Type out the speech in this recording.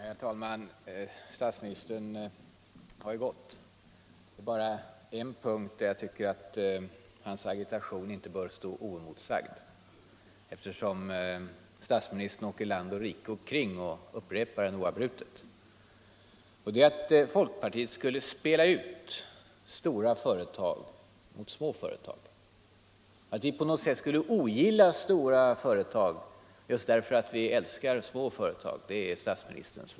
Herr talman! Statsministern har ju lämnat kammaren. Jag vill därför bara ta upp en punkt där jag tycker att hans agitation inte bör stå oemotsagd, eftersom herr Palme åker land och rike runt och upprepar det oavbrutet. Statsministerns version av vår näringspolitik är att folkpartiet skulle spela ut stora företag mot små företag, att vi på något sätt skulle ogilla stora företag därför att vi älskar små företag.